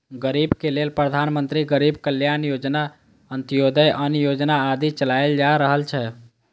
गरीबक लेल प्रधानमंत्री गरीब कल्याण योजना, अंत्योदय अन्न योजना आदि चलाएल जा रहल छै